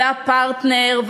והפרטנר,